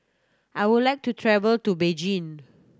I would like to travel to Beijing